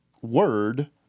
word